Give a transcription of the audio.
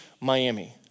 Miami